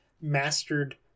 mastered